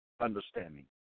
understanding